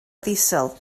ddiesel